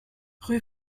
rue